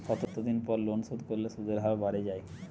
কতদিন পর লোন শোধ করলে সুদের হার বাড়ে য়ায়?